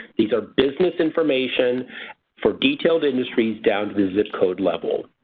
these are business information for detailed industries down to the zip code level.